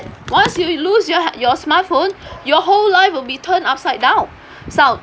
once you lose your your smart phone your whole life will be turned upside down so